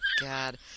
God